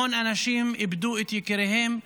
המון אנשים איבדו את יקיריהם,